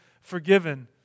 forgiven